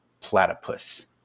platypus